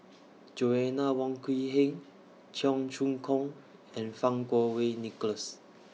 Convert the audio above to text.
Joanna Wong Quee Heng Cheong Choong Kong and Fang Kuo Wei Nicholas